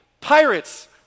pirates